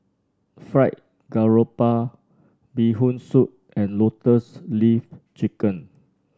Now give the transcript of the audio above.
Fried Garoupa Bee Hoon Soup and Lotus Leaf Chicken